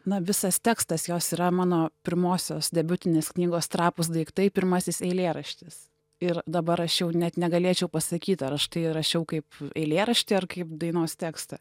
na visas tekstas jos yra mano pirmosios debiutinės knygos trapūs daiktai pirmasis eilėraštis ir dabar aš jau net negalėčiau pasakyt ar aš tai rašiau kaip eilėraštį ar kaip dainos tekstą